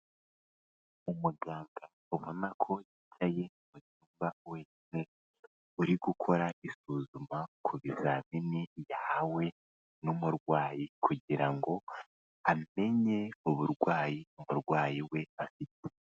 Umuganga ubona ko yicaye mu cyumba wenyine uri gukora isuzuma ku bizamini yahawe n'umurwayi, kugira ngo amenye uburwayi umurwayi we afite.